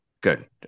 good